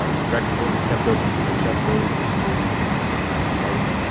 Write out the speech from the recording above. ah record will be kept open for seven days if there is anything you want to submit in writing.